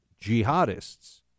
jihadists